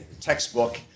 textbook